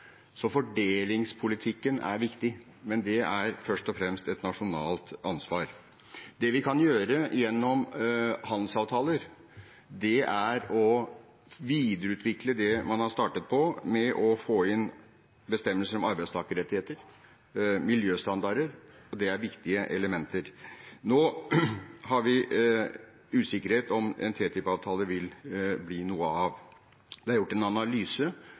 Så fordelingspolitikken er viktig, men det er først og fremst et nasjonalt ansvar. Det vi kan gjøre gjennom handelsavtaler, er å videreutvikle det man har startet på, med å få inn bestemmelser om arbeidstakerrettigheter og miljøstandarder, og det er viktige elementer. Nå har vi usikkerhet om hvorvidt en TTIP-avtale vil bli noe av. Det er gjort en analyse